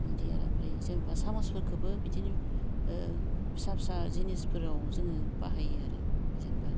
इदि आरो ओमफ्राय सामसफोरखोबो बिदिनो फिसा फिसा जिनिसफोराल जोङो बाहायो आरो जेन'बा